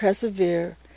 persevere